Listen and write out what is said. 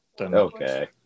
Okay